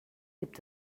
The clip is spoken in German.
gibt